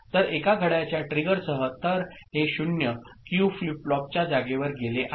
तर एका घड्याळाच्या ट्रिगरसह तर हे 0 Q फ्लिप फ्लॉप च्या जागेवर गेले आहे